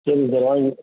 சரிங்க சார் நாளைக்கு